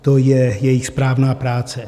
To je jejich správná práce.